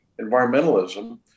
environmentalism